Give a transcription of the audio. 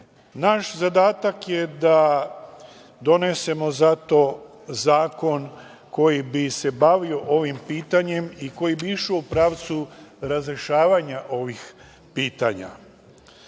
Naš zadatak je da donesemo zato zakon koji bi se bavio ovim pitanjem i koji bi išao u pravcu razrešavanja ovih pitanja. Ponoviću